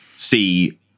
see